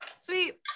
Sweet